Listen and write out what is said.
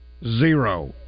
zero